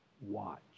watch